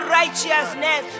righteousness